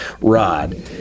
rod